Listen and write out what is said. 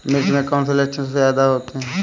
मिर्च में कौन से लक्षण सबसे ज्यादा होते हैं?